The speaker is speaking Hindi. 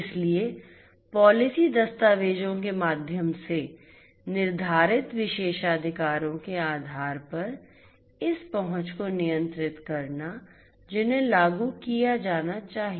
इसलिए पॉलिसी दस्तावेजों के माध्यम से निर्धारित विशेषाधिकारों के आधार पर इस पहुंच को नियंत्रित करना जिन्हें लागू किया जाना चाहिए